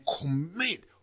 commit